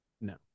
No